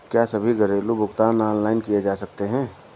क्या सभी घरेलू भुगतान ऑनलाइन किए जा सकते हैं?